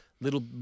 Little